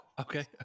Okay